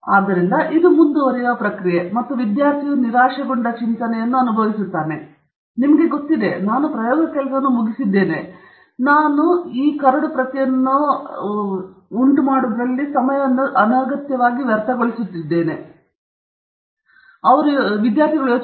ಆದ್ದರಿಂದ ಇದು ಮುಂದುವರಿಯುವ ಪ್ರಕ್ರಿಯೆ ಮತ್ತು ವಿದ್ಯಾರ್ಥಿಯು ನಿರಾಶೆಗೊಂಡ ಚಿಂತನೆಯನ್ನು ಅನುಭವಿಸುತ್ತಾನೆ ನಿಮಗೆ ಗೊತ್ತಿದೆ ನಾನು ಕೆಲಸವನ್ನು ಮುಗಿಸಿದೆ ನಾವು ಸಮಯವನ್ನು ವ್ಯರ್ಥಗೊಳಿಸುತ್ತಿದ್ದೇವೆ ಅದನ್ನು ಅಲ್ಲಿಯೇ ಹೊರಗಿಡೋಣ